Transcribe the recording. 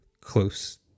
close